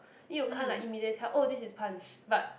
it you can't like immediately tell oh this is Punch but